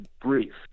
briefed